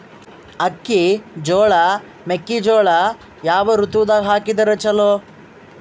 ಅಕ್ಕಿ, ಜೊಳ, ಮೆಕ್ಕಿಜೋಳ ಯಾವ ಋತುದಾಗ ಹಾಕಿದರ ಚಲೋ?